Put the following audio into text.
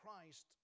Christ